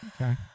okay